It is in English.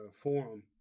forum